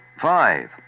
five